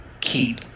keep